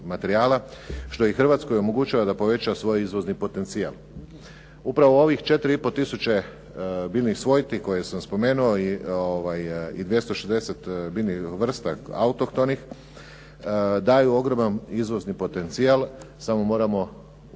što i Hrvatskoj omogućava da poveća svoj izvozni potencijal. Upravo ovih 4,5 tisuće biljnih svojti koje sam spomenuo i 260 biljnih autohtonih vrsta daju ogroman izvozni potencijal, samo moramo na